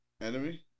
Enemy